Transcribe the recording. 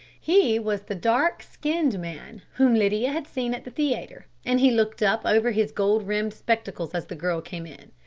he was the dark-skinned man whom lydia had seen at the theatre, and he looked up over his gold-rimmed spectacles as the girl came in.